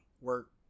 Work